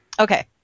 okay